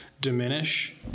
diminish